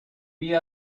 pide